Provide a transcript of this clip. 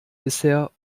bisher